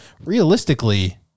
realistically